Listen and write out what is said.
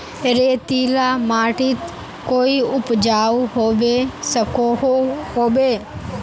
रेतीला माटित कोई उपजाऊ होबे सकोहो होबे?